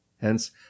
Hence